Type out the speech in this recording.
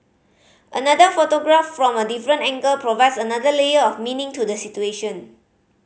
another photograph from a different angle provides another layer of meaning to the situation